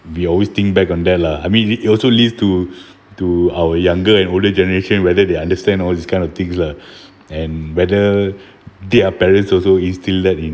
we always think back on that lah I mean it also leads to to our younger and older generation whether they understand all this kind of things lah and whether their parents also instill that in